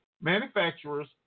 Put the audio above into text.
manufacturers